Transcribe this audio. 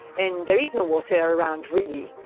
and there is no water around really,